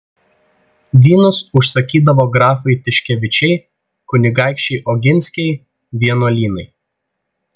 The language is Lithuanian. vynus užsakydavo grafai tiškevičiai kunigaikščiai oginskiai vienuolynai